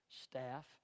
staff